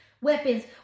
weapons